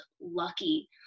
lucky